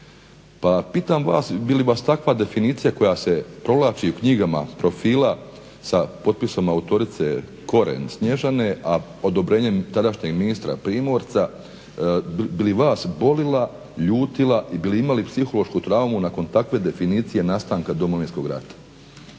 Pa pitam vas bili vas takva definicija koja se provlači u knjigama Profila sa potpisom autorice Koren Snježane, a odobrenjem tadašnjeg ministra Primorca bili vas bolila, ljutila ili bi imali psihološku traumu nakon takve definicije nastanka Domovinskog rata?